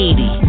80